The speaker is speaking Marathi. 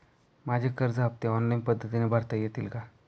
माझे कर्ज हफ्ते ऑनलाईन पद्धतीने भरता येतील का?